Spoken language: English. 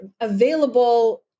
available